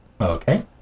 Okay